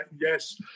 yes